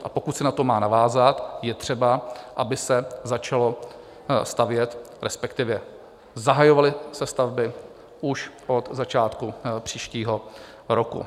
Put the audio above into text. A pokud se na to má navázat, je třeba, aby se začalo stavět, respektive zahajovaly se stavby už od začátku příštího roku.